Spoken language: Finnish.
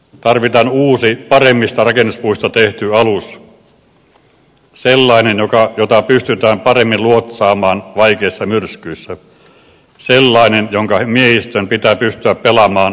tarvitaan uusi paremmista rakennuspuista tehty alus sellainen jota pystytään paremmin luotsaamaan vaikeissa myrskyissä sellainen jonka miehistön pitää pystyä pelaamaan yhteen